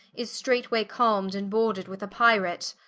is straight way calme, and boorded with a pyrate.